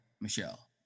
Michelle